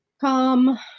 Come